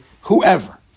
whoever